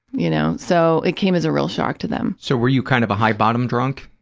you know, so it came as a real shock to them. so, were you kind of a high-bottom drunk?